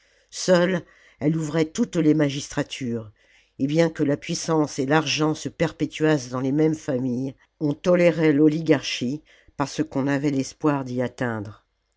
seule elle ouvrait toutes les magistratures et bien que la puissance et fargent se perpétuassent dans les mêmes familles on tolérait l'oligarchie parce qu'on avait l'espoir d'y atteindre